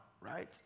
right